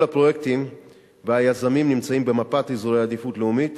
כל הפרויקטים והיזמים הנמצאים במפת אזורי העדיפות הלאומית